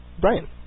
Brian